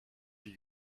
die